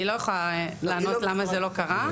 אני לא יכולה לענות למה זה לא קרה,